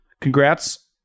Congrats